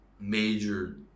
major